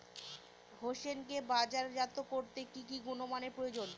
হোসেনকে বাজারজাত করতে কি কি গুণমানের প্রয়োজন?